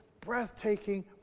breathtaking